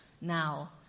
Now